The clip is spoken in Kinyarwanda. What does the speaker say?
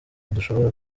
udashobora